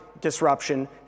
disruption